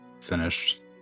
finished